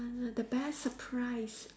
the best surprise